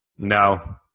No